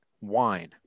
wine